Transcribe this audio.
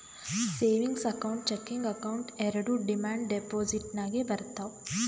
savings account, checking account ಎರೆಡು demand deposit ನಾಗೆ ಬರ್ತಾವ್